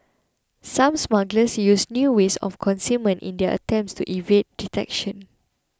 some smugglers used new ways of concealment in their attempts to evade detection